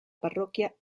parroquia